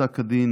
בפסק הדין